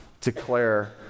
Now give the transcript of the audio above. declare